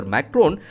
Macron